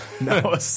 No